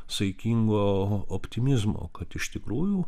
saikingo optimizmo kad iš tikrųjų